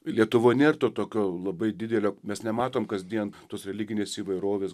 lietuvoj nėr tokio labai didelio mes nematom kasdien tos religinės įvairovės